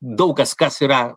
daug kas kas yra